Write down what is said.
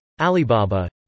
Alibaba